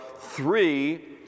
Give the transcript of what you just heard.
three